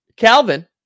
Calvin